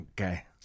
okay